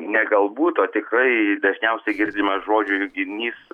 ne galbūt o tikrai dažniausiai girdimas žodžių junginys